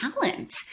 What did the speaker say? talent